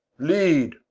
lead,